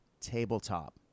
tabletop